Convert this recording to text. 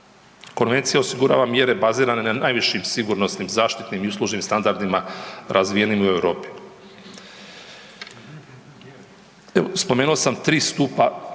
Konvencija osigurava mjere bazirane na najvišim sigurnosnim, zaštitnim i uslužnim standardima razvijenim u Europi. Evo, spomenuo sam 3 stupa